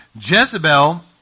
Jezebel